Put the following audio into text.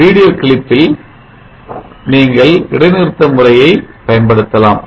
video கிளிப்பில் நீங்கள் இடைநிறுத்த முறையை பயன்படுத்தலாம்